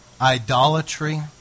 idolatry